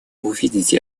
увидеть